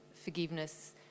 forgiveness